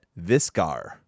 Viscar